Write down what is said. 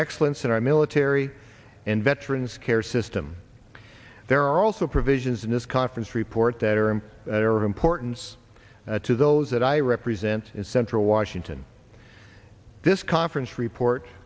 excellence in our military and veterans care system there are also provisions in this conference report that are and that are of importance to those that i represent in central washington this conference report